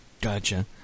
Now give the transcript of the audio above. Gotcha